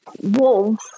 wolves